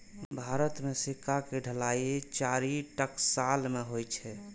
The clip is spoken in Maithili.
भारत मे सिक्का के ढलाइ चारि टकसाल मे होइ छै